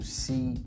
see